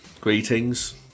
Greetings